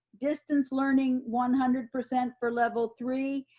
distance learning one hundred percent for level three,